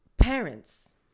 parents